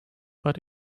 but